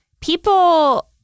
people